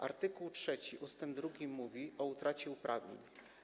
Art. 3 ust. 2 mówi o utracie uprawnień.